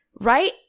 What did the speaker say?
Right